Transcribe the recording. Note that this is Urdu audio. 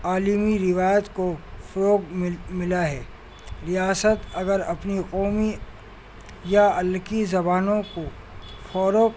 عالمی روایت کو فروغ مل ملا ہے ریاست اگر اپنی قومی یا اقلیتی زبانوں کو فروغ